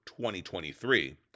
2023